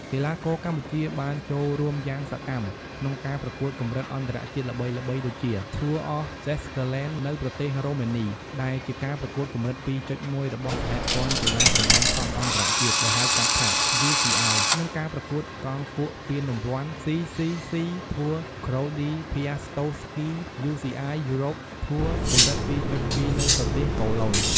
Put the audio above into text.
កីឡាករកម្ពុជាបានចូលរួមយ៉ាងសកម្មក្នុងការប្រកួតកម្រិតអន្តរជាតិល្បីៗ ដូចជា Tour of Szeklerland នៅប្រទេសរូម៉ានី ដែលជាការប្រកួតកម្រិត ២.១ របស់សហព័ន្ធកីឡាប្រណាំងកង់អន្ដរជាតិ ដែលហៅកាត់ថា UCI និង ការប្រកួតកង់គួកពានរង្វាន់ CCC Tour Grody Piastowskie UCI Europe Tour កម្រិត ២.២ នៅប្រទេសប៉ូឡូញ ។